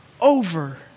over